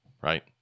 Right